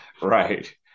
Right